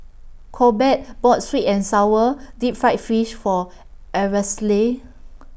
Corbett bought Sweet and Sour Deep Fried Fish For Aracely